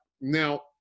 Now